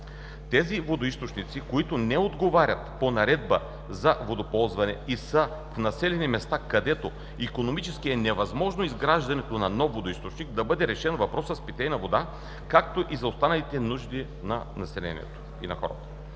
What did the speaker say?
Тези водоизточници, които не отговарят по Наредбата за водоползване и са в населени места, където икономически е невъзможно изграждането на нов водоизточник, да бъде „решен“ въпросът с питейната вода, както и за останалите нужди на хората.